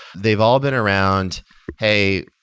they've all been around hey,